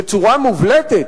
בצורה מובלטת,